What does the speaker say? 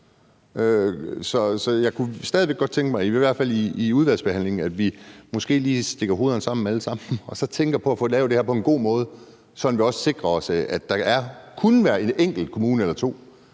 i hvert fald i udvalgsbehandlingen måske alle sammen lige stikker hovederne sammen og så tænker på, hvordan vi kan få lavet det her på en god måde, sådan at vi også sikrer os, at der ikke vil være en enkelt kommune eller to,